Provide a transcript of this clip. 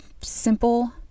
simple